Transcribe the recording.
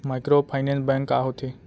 Microfinance bank का होथे?